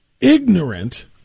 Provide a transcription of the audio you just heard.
ignorant